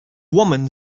woman